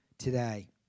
today